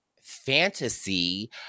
fantasy